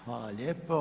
Hvala lijepa.